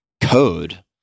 code